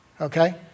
okay